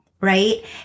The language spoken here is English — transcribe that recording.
right